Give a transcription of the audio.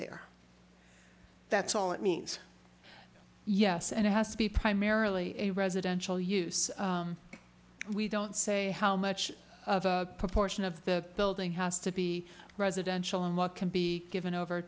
there that's all it means yes and it has to be primarily a residential use we don't say how much of a proportion of the building has to be residential and what can be given over